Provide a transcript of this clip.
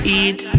eat